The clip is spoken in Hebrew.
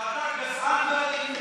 ואתה גזען ואלים.